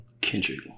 Kendrick